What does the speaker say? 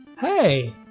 hey